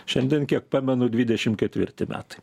šiandien kiek pamenu dvidešimt ketvirti metai